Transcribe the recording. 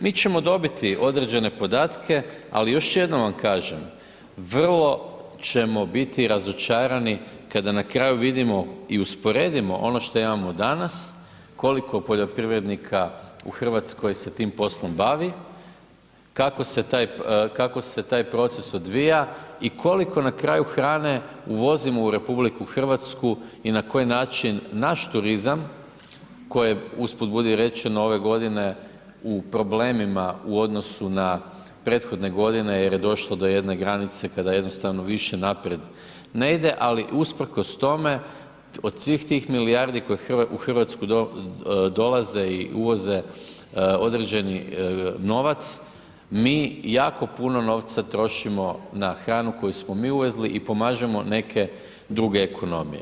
Mi ćemo dobiti određene podatke ali još jednom vam kažem, vrlo ćemo biti razočarani kada na kraju vidimo i usporedimo ono što imamo danas koliko poljoprivrednika u Hrvatskoj se tim poslom bavi, kako se taj proces odvija i koliko na kraju hrane uvozimo u RH i na koji način naš turizam, koji usput budi rečeno ove godine u problemima u odnosu na prethodne godine jer je došlo do jedne granice kada jednostavno više naprijed ne ide, ali usprkos tome od svih tih milijardi koje u Hrvatsku dolaze i uvoze određeni novac, mi jako puno novca trošimo na hranu koju smo mi uvezli i pomažemo neke druge ekonomije.